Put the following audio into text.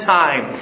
time